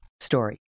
story